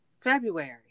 February